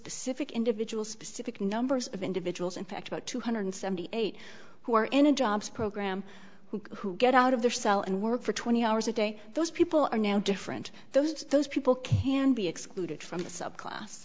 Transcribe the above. specific individuals specific numbers of individuals in fact about two hundred seventy eight who are in a jobs program who get out of their cell and work for twenty hours a day those people are now different those those people can be excluded from the subclass